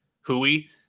hooey